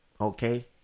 okay